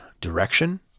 direction